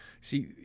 See